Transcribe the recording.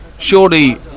Surely